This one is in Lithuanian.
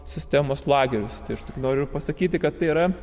sistemos lagerius ir noriu pasakyti kad tai yra